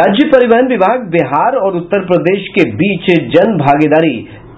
राज्य परिवहन विभाग बिहार और उत्तर प्रदेश के बीच जन भागीदारी